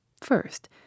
First